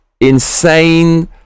insane